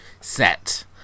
set